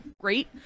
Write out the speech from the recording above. great